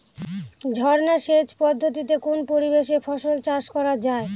ঝর্না সেচ পদ্ধতিতে কোন পরিবেশে ফসল চাষ করা যায়?